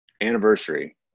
anniversary